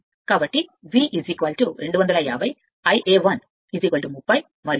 కాబట్టి V 250 ∅ 130 మరియుra 0